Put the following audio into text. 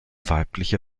weibliche